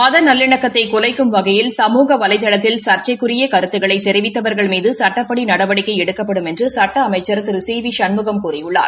மத நல்லிணக்கத்தை குலைக்கும் வகையில் சுழக வலைதளத்தில் சா்ச்சைக்குரிய கருத்துக்களை தெரிவித்தவர்கள் மீது சட்டப்படி நடவடிக்கை எடுக்கப்படும் என்று சட்ட அமைச்சர் திரு சி வி சண்முகம் கூறியுள்ளார்